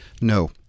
No